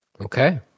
Okay